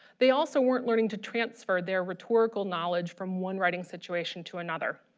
they also weren't learning to transfer their rhetorical knowledge from one writing situation to another.